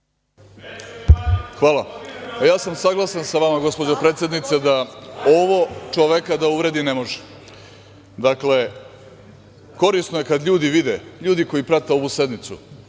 Hvala. Saglasan sam sa vama, gospođo predsednice, da ovo čoveka da uvredi ne može. Dakle, korisno je kada ljudi vide, ljudi koji prate ovu sednicu,